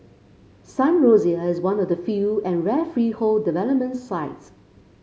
Sun Rosier is one of the few and rare freehold development sites